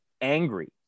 angry